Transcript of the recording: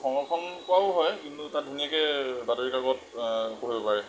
সংৰক্ষণ কৰাও হয় কিন্তু তাত ধুনীয়াকৈ বাতৰি কাকত পঢ়িব পাৰি